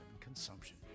consumption